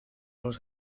dos